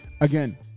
Again